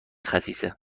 خسیسه